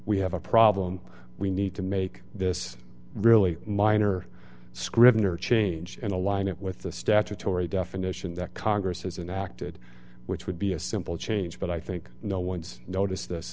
we have a problem we need to make this really minor scrivener change and align it with the statutory definition that congress has acted which would be a simple change but i think no one's noticed this